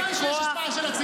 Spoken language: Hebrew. בוודאי שיש השפעה של הציבור.